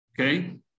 Okay